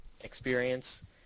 experience